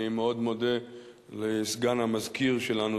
אני מאוד מודה לסגן המזכיר שלנו,